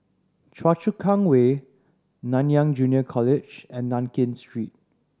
Choa Chu Kang Way Nanyang Junior College and Nankin Street